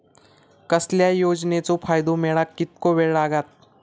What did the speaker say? कसल्याय योजनेचो फायदो मेळाक कितको वेळ लागत?